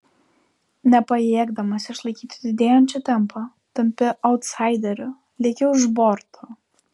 nepajėgdamas išlaikyti didėjančio tempo tampi autsaideriu lieki už borto